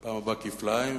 בפעם הבאה כפליים,